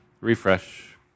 Refresh